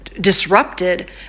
disrupted